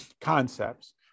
concepts